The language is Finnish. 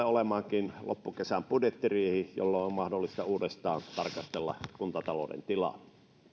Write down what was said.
olemaan loppukesän budjettiriihi jolloin on mahdollista uudestaan tarkastella kuntatalouden tilaa